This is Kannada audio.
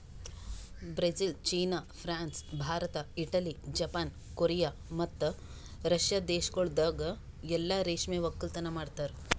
Brazil, China, France, Bharat, Italy, Japan, Korea ಮತ್ತ ರಷ್ಯಾ ದೇಶಗೊಳ್ದಾಗ್ ಎಲ್ಲಾ ರೇಷ್ಮೆ ಒಕ್ಕಲತನ ಮಾಡ್ತಾರ